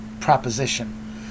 proposition